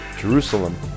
Jerusalem